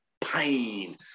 pain